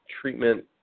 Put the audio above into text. treatment